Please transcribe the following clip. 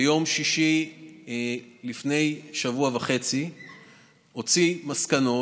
ביום שישי לפני שבוע וחצי הוא הוציא מסקנות.